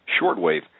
Shortwave